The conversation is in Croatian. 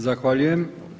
Zahvaljujem.